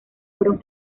fueron